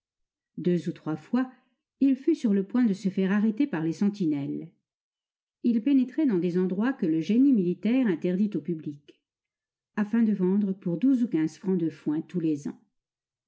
deux ou trois fois il fut sur le point de se faire arrêter par les sentinelles il pénétrait dans des endroits que le génie militaire interdit au public afin de vendre pour douze ou quinze francs de foin tous les ans